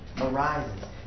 arises